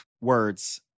Words